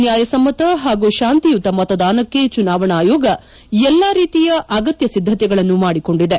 ನ್ವಾಯಸಮ್ನತ ಹಾಗೂ ಶಾಂತಿಯುತ ಮತದಾನಕ್ಕೆ ಚುನಾವಣಾ ಆಯೋಗ ಎಲ್ಲ ರೀತಿಯ ಅಗತ್ಯ ಸಿದ್ದತೆಗಳನ್ನು ಮಾಡಿಕೊಂಡಿದೆ